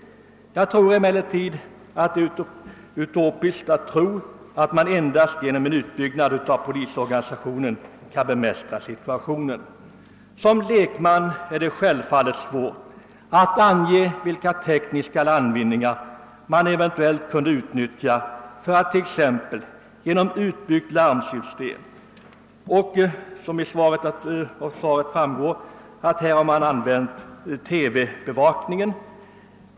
Jag anser emellertid att det är utopiskt att tro att man endast genom en utbyggnad av polisorganisationen kan bemästra situationen. För en lekman är det självfallet svårt att ange vilka tekniska landvinningar man eventuellt kunde utnyttja, t.ex. ett utbyggt larmsystem. Av svaret framgår att man har använt TV-bevakning i detta sammanhang.